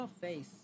face